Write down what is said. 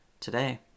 Today